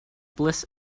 bliss